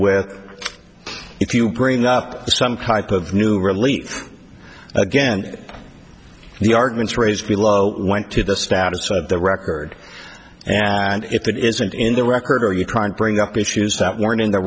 with if you bring up some type of new relief again the arguments raised below went to the status of the record and if that isn't in the record are you trying to bring up issues that weren't in the